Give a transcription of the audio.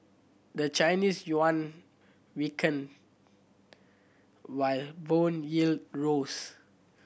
the Chinese yuan weakened while bond yield rose